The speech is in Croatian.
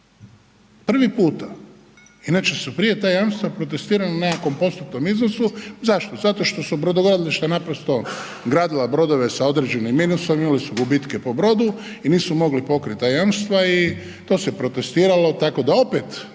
Prvi puta. Inače su ta jamstva protestirana na nekakvom postotnom iznosu, zašto? Zato što su brodogradilišta naprosto gradila brodove s određenim minusom, imali su gubitke po brodu i nisu mogli pokriti ta jamstva i to se protestiralo tako da opet,